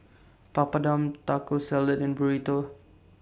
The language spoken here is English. Papadum Taco Salad and Burrito